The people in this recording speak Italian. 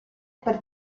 per